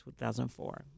2004